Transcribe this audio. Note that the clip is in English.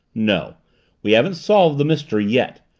no we haven't solved the mystery yet.